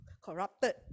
corrupted